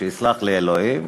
שיסלח לי אלוהים,